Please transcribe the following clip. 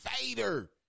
Vader